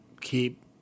keep